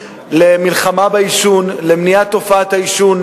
החברה להגנת הטבע,